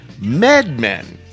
MedMen